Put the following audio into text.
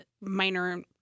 minor